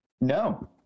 No